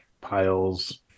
piles